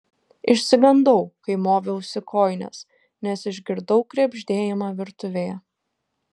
išsigandau kai moviausi kojines nes išgirdau krebždėjimą virtuvėje